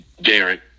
Derek